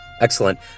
Excellent